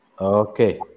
okay